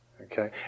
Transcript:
okay